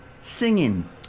singing